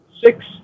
six